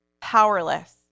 powerless